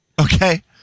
Okay